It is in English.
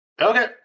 Okay